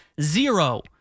zero